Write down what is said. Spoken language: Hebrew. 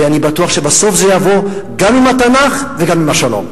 ואני בטוח שבסוף זה יבוא גם עם התנ"ך וגם עם השלום.